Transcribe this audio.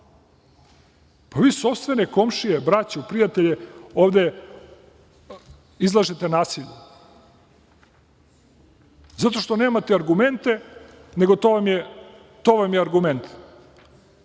Vi sopstvene komšije, braću, prijatelje ovde izlažete nasilju, zato što nemate argumente, nego to vam je argument.